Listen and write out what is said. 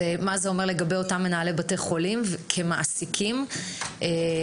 מה זה אומר לגבי אותם מנהלי בתי חולים כמעסיקים של אותם